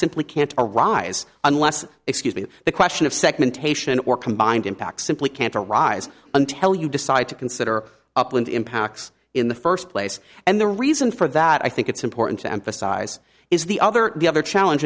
simply can't arise unless excuse me the question of segmentation or combined impact simply can't rise until you decide to consider upland impacts in the first place and the reason for that i think it's important to emphasize is the other the other challenge